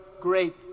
great